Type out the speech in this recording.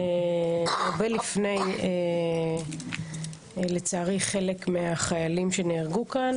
הרבה לפני, לצערי, חלק מהחיילים שנהרגו כאן.